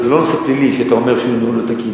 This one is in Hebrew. זה לא נושא פלילי שאתה אומר שהניהול לא תקין.